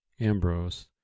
Ambrose